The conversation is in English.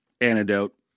antidote